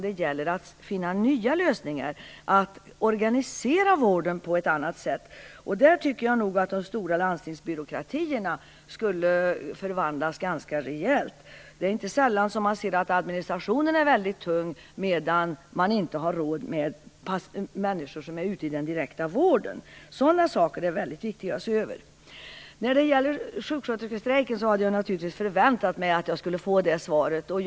Det gäller att finna nya lösningar och att organisera vården på ett annat sätt. Där tycker jag nog att de stora landstingsbyråkratierna skulle förvandlas ganska rejält. Man ser inte sällan att administrationen är väldigt tung, men att man inte har råd med människor ute i den direkta vården. Sådana saker är det väldigt viktigt att se över. När det gäller sjuksköterskestrejken hade jag naturligtvis förväntat mig att få det svar jag fick.